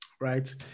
right